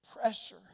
pressure